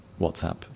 WhatsApp